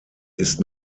ist